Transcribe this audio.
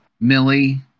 Millie